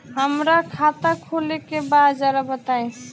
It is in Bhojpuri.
हमरा खाता खोले के बा जरा बताई